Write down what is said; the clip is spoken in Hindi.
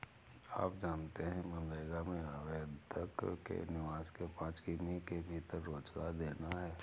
आप जानते है मनरेगा में आवेदक के निवास के पांच किमी के भीतर रोजगार देना है?